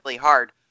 hard